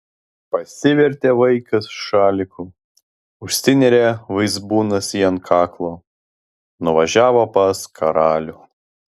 pasivertė vaikas šaliku užsinėrė vaizbūnas jį ant kaklo nuvažiavo pas karalių